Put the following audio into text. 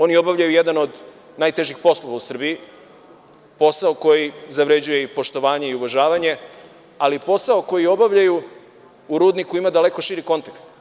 Oni obavljaju jedan od najtežih poslova u Srbiji, posao koji zavređuje i poštovanje i uvažavanje, ali posao koji obavljaju u rudniku ima daleko širi kontekst.